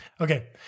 okay